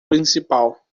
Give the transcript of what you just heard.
principal